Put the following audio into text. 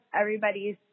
everybody's